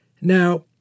Now